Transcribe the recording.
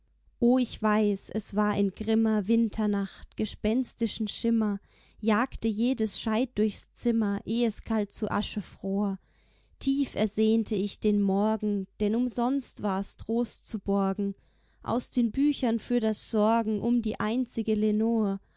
o ich weiß es war in grimmer winternacht gespenstischen schimmer jagte jedes scheit durchs zimmer eh es kalt zu asche fror tief ersehnte ich den morgen denn umsonst war's trost zu borgen aus den büchern für das sorgen um die einzige lenor